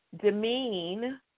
demean